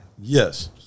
Yes